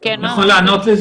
יכול לענות?